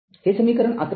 हे समीकरण ११ आहे